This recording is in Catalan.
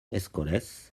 escoles